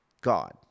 God